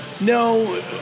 No